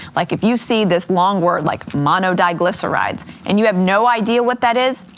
like if you see this long word like monodiglycerides and you have no idea what that is,